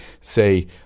say